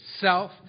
self